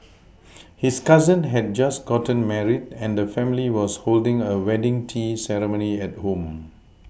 his cousin had just gotten married and the family was holding a wedding tea ceremony at home